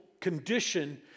condition